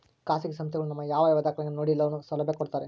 ಖಾಸಗಿ ಸಂಸ್ಥೆಗಳು ನಮ್ಮ ಯಾವ ಯಾವ ದಾಖಲೆಗಳನ್ನು ನೋಡಿ ಲೋನ್ ಸೌಲಭ್ಯ ಕೊಡ್ತಾರೆ?